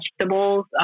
vegetables